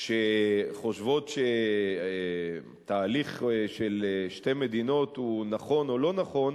שחושבות שתהליך של שתי מדינות הוא נכון או לא נכון,